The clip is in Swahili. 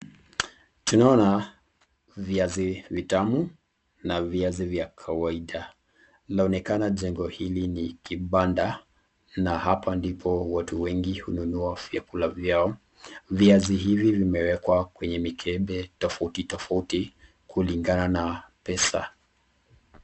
Tunaona viazi vitamu na viazi vya kawaida. Laonekana jengo hili ni kibanda na hapa ndipo watu wengi hununua vyakula vyao. Viazi hivi vimewekwa kwenye mikebe tofauti tofauti kulingana na pesa.